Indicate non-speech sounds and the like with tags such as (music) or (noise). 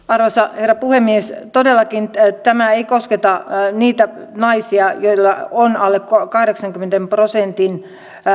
(unintelligible) arvoisa herra puhemies todellakaan tämä ei kosketa niitä naisia joilla on alle kahdeksankymmenen prosentin